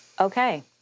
okay